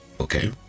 okay